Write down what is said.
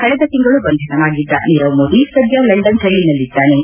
ಕಳೆದ ತಿಂಗಳು ಬಂಧಿತನಾಗಿದ್ದ ನೀರವ್ ಮೋದಿ ಸದ್ದ ಲಂಡನ್ ಜೈಲಿನಲ್ಲಿದ್ದಾನೆ